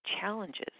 challenges